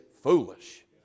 foolish